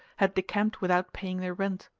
had decamped without paying their rent.